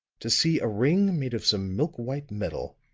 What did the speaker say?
to see a ring made of some milk-white metal,